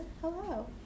Hello